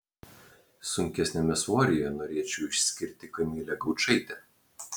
sunkesniame svoryje norėčiau išskirti kamilę gaučaitę